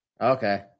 Okay